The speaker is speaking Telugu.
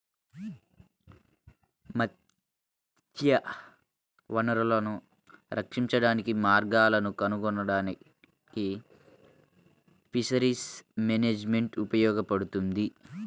మత్స్య వనరులను రక్షించడానికి మార్గాలను కనుగొనడానికి ఫిషరీస్ మేనేజ్మెంట్ ఉపయోగపడుతుంది